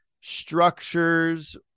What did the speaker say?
structures